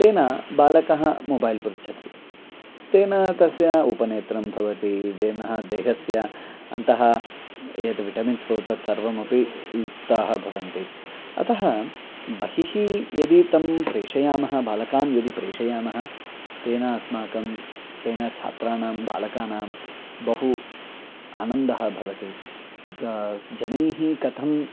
तेन बालकः मोबैल् पृच्छति तेन तस्य उपनेत्रं भवति तेन देहस्य अन्तः यद् विटमिन्स् हो तद् सर्वमपि लुप्ताः भवन्ति अतः बहिः यदि तं प्रेषयामः बालकान् यदि प्रेषयामः तेन अस्माकं तेन छात्राणां बालकानां बहु आनन्दः भवति ग जनैः कथम्